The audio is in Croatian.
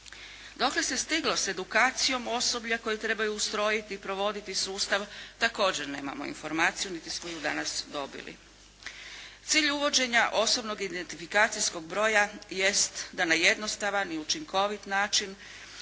Dokle se stiglo sa edukacijom osoblja koji trebaju ustrojiti i provoditi sustav također nemamo informaciju, niti smo je danas dobili. Cilj uvođenja osobnog identifikacijskog broja jest da na jednostavan i učinkovit način